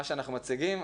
מה שאנחנו מציגים,